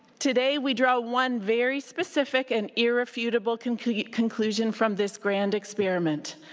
today we draw one very specific and irrefutable conclusion conclusion from this grand experiment.